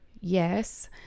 Yes